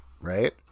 Right